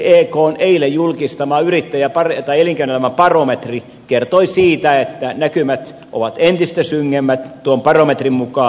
ekn eilen julkistama elinkeinoelämän barometri kertoi siitä että näkymät ovat entistä synkemmät tuon barometrin mukaan